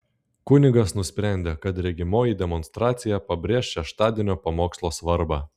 kunigas nusprendė kad regimoji demonstracija pabrėš šeštadienio pamokslo svarbą